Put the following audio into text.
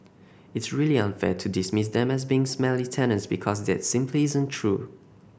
it's really unfair to dismiss them as being smelly tenants because that simply isn't true